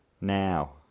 now